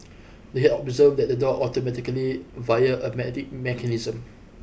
they observed that the door automatically via a mechanism